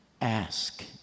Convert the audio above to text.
ask